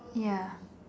ya